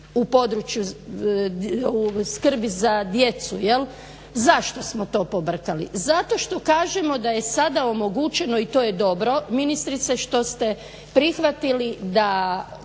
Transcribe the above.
u području u skrbi za djecu. Zašto smo to pobrkali? Zato što kažemo da je sada omogućeno i to je dobro ministrice što ste prihvatili da